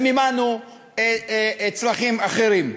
ומימנו צרכים אחרים.